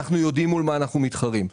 אנחנו יודעים מול מה אנחנו מתחרים,